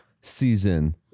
season